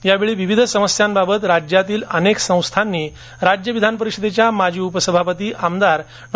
यावेळी विविध समस्यांबाबत राज्यातील अनेक संस्थांनी राज्य विधानपरिषदेच्या माजी उपसभापती डॉ